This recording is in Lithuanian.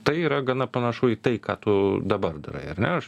tai yra gana panašu į tai ką tu dabar darai ar ne aš